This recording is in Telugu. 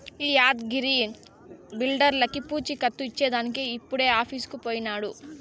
ఈ యాద్గగిరి బిల్డర్లకీ పూచీకత్తు ఇచ్చేదానికి ఇప్పుడే ఆఫీసుకు పోయినాడు